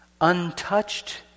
untouched